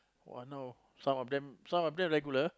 [wah] now some of them some of them regulars